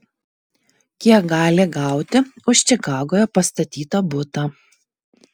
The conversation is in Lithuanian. kiek gali gauti už čikagoje pastatytą butą